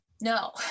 no